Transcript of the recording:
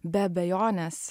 be abejonės